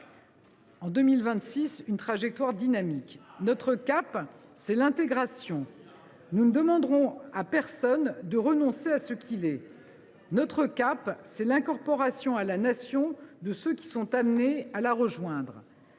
en 2026 une trajectoire dynamique. « Notre cap, c’est l’intégration : nous ne demanderons à personne de renoncer à ce qu’il est. Notre cap, c’est l’incorporation à la Nation de ceux qui sont amenés à la rejoindre